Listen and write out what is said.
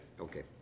Okay